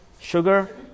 Sugar